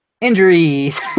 Injuries